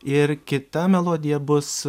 ir kita melodija bus